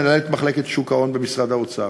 מנהלת מחלקת שוק ההון במשרד האוצר.